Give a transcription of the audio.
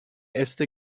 äste